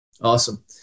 Awesome